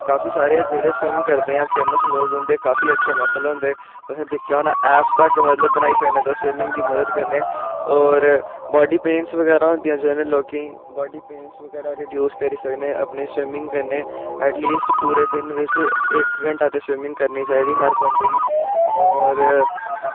काफी सारे जेह्ड़े स्विंम करदे ऐ फेमस लोग उं'दे काफी अच्छे मसल होंदे तुसें दिक्खेआ होना ऐपस तक तुस मतलब बनाई सकने स्विमिंग दी मदद कन्नै होर बॉडी पेन्स बगैरा होंदियां जिनें लोकें गी बाडी पेन्स बगैरा रड्यूज करी सकनें अपने स्विमिंग कन्नै ऐटलिस्ट पूरे दिन बिच्च इक घैंटा ते स्विमिंग करनी चाहिदी हर बंदे गी होर